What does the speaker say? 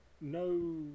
no